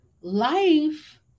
life